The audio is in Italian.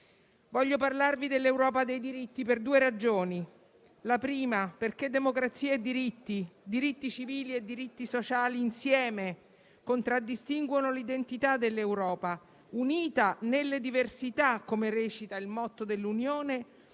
Voglio parlarvi dell'Europa dei diritti, per due ragioni: la prima perché democrazia e diritti - diritti civili e diritti sociali insieme - contraddistinguono l'identità dell'Europa «unita nelle diversità», come recita il motto dell'Unione